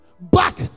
Back